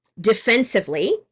defensively